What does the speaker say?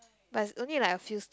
but it's only like a few